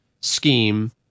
scheme